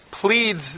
pleads